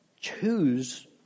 choose